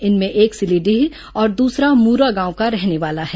इनमें एक सिलीडीह और दूसरा मूरा गांव का रहने वाला है